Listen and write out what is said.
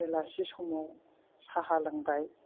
बेलासि समाव साहा लोंबाय